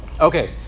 Okay